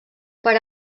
per